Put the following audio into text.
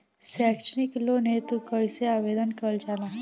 सैक्षणिक लोन हेतु कइसे आवेदन कइल जाला?